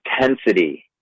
intensity